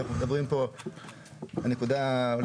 אנחנו מדברים כאן על הנקודה שהיא אולי